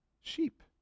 sheep